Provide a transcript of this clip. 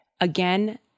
Again